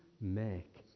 make